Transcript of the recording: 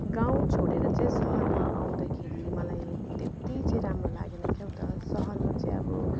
गाउँ छोडेर चाहिँ सहरमा आउँदाखेरि मलाई त्यत्ति चाहिँ राम्रो लागेन क्या हो त सहरमा चाहिँ अब